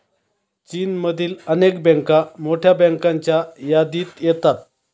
चीनमधील अनेक बँका मोठ्या बँकांच्या यादीत येतात